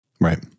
Right